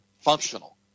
functional